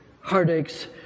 heartaches